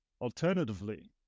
Alternatively